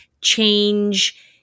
change